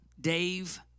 Dave